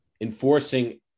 enforcing